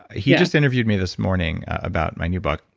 he just interviewed me this morning about my new book.